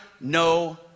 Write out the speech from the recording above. no